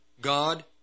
God